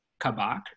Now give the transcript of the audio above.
Kabak